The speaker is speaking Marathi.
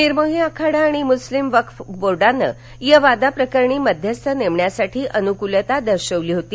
निर्मोही आखाडा आणि मुस्लिम वक्फ बोर्डानं या वादाप्रकरणी मध्यस्थ नेमण्यासाठी अनुकूलता दर्शवली होती